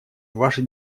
ваше